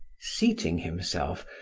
seating himself,